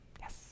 yes